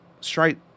straight